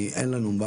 אין לנו,